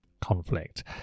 conflict